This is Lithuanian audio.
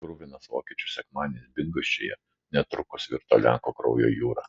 kruvinas vokiečių sekmadienis bydgoščiuje netrukus virto lenkų kraujo jūra